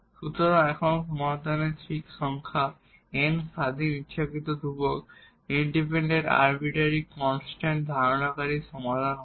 সুতরাং এখানে সাধারণ সমাধানের ঠিক সংজ্ঞা n ইন্ডিপেন্ডেন্ট আরবিটারি কনস্টান্ট ধারণকারীর সমাধান হবে